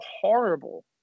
horrible